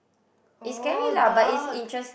oh dark